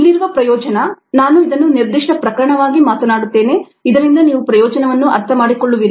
ಇಲ್ಲಿರುವ ಪ್ರಯೋಜನ ನಾನು ಇದನ್ನು ನಿರ್ದಿಷ್ಟ ಪ್ರಕರಣವಾಗಿ ಮಾತನಾಡುತ್ತೇನೆ ಇದರಿಂದ ನೀವು ಪ್ರಯೋಜನವನ್ನು ಅರ್ಥಮಾಡಿಕೊಳ್ಳುವಿರಿ